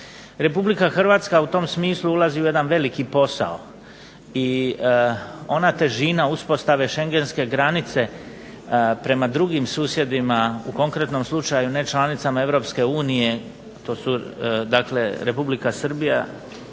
Republika Hrvatska u tom smislu ulazi u jedan veliki posao, i ona težina uspostave Šengenske granice prema drugim susjedima, u konkretnom slučaju nečlanicama Europske unije, to su dakle Republika Srbija,